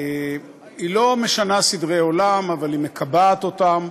היא לא משנה סדרי עולם, אבל היא מקבעת אותם.